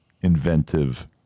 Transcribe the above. inventive